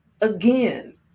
again